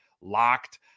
locked